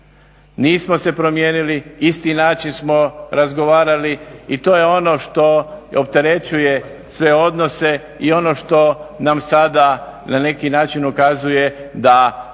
Nismo se promijenili, isti način smo razgovarali i to je ono što opterećuje sve odnose i ono što nam sada na neki način ukazuje da neki od